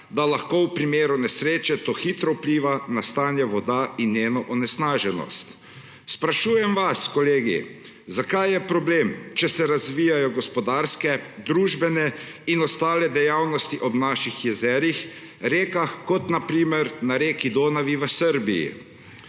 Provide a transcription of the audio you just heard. da lahko v primeru nesreče to hitro vpliva na stanje voda in njeno onesnaženost. Sprašujem vas, kolegi, zakaj je problem, če se razvijajo gospodarske, družbene in ostale dejavnosti ob naših jezerih, rekah, kot na primer na reki Donavi v Srbiji.